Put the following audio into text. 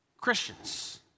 Christians